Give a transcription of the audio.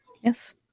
Yes